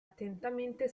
attentamente